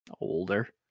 older